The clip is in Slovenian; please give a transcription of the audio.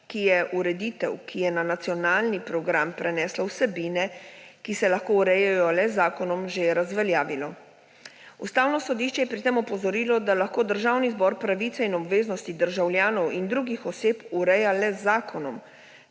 ki je ureditev, ki je na nacionalni program prenesla vsebine, ki se lahko urejajo le z zakonom, že razveljavilo. Ustavno sodišče je pri tem opozorilo, da lahko Državni zbor pravice in obveznosti državljanov in drugih oseb ureja le z zakonom,